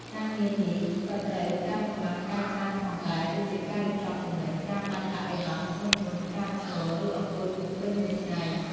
ការងារនេះក៏ត្រូវការកម្លាំងកាយច្រើនផងដែរ ដូចជាការរៀបចំទំនិញ ការលើកដាក់អីវ៉ាន់ធ្ងន់ៗ ការឈរ ឬអង្គុយលក់ពេញមួយថ្ងៃ។